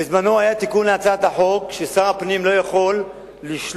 בזמנו היה תיקון בהצעת חוק ששר הפנים לא יכול לשלול